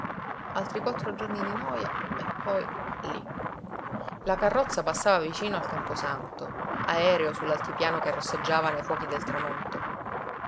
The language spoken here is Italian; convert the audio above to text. altri quattro giorni di noja e poi lí la carrozza passava vicino al camposanto aereo su l'altipiano che rosseggiava nei fuochi del tramonto